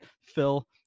Phil